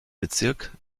bezirk